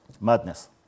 Madness